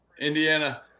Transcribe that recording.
Indiana